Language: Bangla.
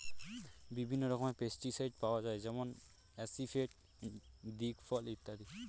বিভিন্ন রকমের পেস্টিসাইড পাওয়া যায় যেমন আসিফেট, দিকফল ইত্যাদি